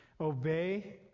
obey